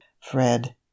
Fred